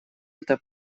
эта